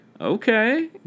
Okay